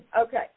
Okay